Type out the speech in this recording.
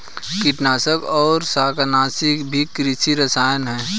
कीटनाशक और शाकनाशी भी कृषि रसायन हैं